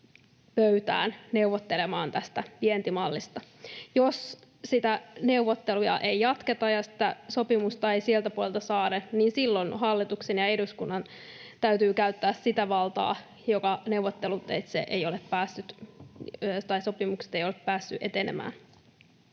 pöytään neuvottelemaan tästä vientimallista. Jos neuvotteluja ei jatketa ja sitä sopimusta ei sieltä puolelta saada, niin silloin hallituksen ja eduskunnan täytyy käyttää sitä valtaa, joka niillä on. Arvoisa puhemies! Monella